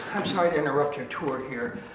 i'm sorry to interrupt your tour here.